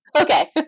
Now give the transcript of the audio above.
Okay